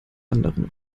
anderen